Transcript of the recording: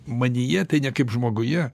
manyje tai ne kaip žmoguje